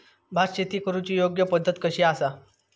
भात शेती करुची योग्य पद्धत कशी आसा?